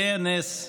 לאה נס,